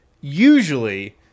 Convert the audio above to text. usually